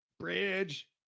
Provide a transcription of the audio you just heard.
Bridge